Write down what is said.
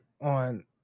on